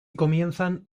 comienzan